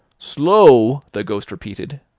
slow! the ghost repeated.